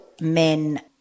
men